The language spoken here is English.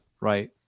right